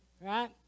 right